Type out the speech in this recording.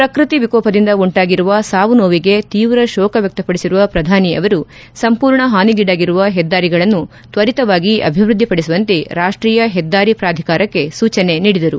ಪ್ರಕೃತಿ ವಿಕೋಪದಿಂದ ಉಂಟಾಗಿರುವ ಸಾವು ನೋವಿಗೆ ತೀವ್ರ ಶೋಕ ವ್ಯಕ್ತಪಡಿಸಿರುವ ಪ್ರಧಾನಿ ಅವರು ಸಂಪೂರ್ಣ ಹಾನಿಗೀಡಾಗಿರುವ ಹೆದ್ದಾರಿಗಳನ್ನು ತ್ವರಿತವಾಗಿ ಅಭಿವೃದ್ಧಿ ಪಡಿಸುವಂತೆ ರಾಷ್ಟೀಯ ಹೆದ್ದಾರಿ ಪ್ರಾಧಿಕಾರಕ್ಕೆ ಸೂಚನೆ ನೀಡಿದರು